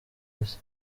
wese